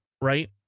right